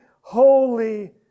Holy